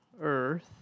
Earth